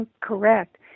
Correct